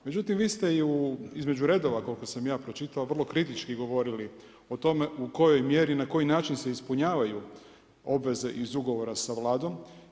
Međutim, vi ste i u između redova, koliko sam ja pročitao, vrlo kritički govorili o tome, u kojoj mjeri i na koji način se ispunjavaju, obveze iz ugovora sa Vladom.